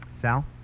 Sal